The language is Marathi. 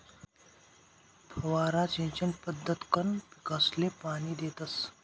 फवारा सिंचन पद्धतकंन पीकसले पाणी देतस